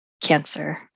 cancer